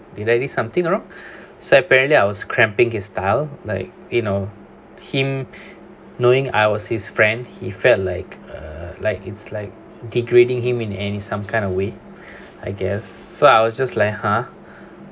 did I did something wrong so apparently I was cramping his style like you know him knowing I was his friend he felt like a like it's like degrading him in any some kind of way I guess so I was just like ha